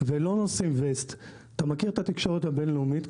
ולא נושאים ווסט אתה מכיר את התקשורת הבינלאומית,